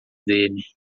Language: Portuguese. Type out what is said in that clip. dele